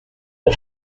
the